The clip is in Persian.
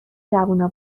جوونا